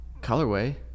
Colorway